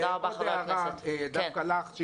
הערה דווקא לך,